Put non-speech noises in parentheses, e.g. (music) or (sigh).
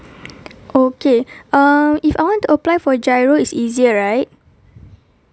okay (breath) uh if I want to apply for GIRO is easier right